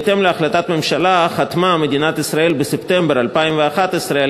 בהתאם להחלטת ממשלה חתמה מדינת ישראל בספטמבר 2011 על